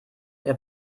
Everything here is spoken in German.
mehr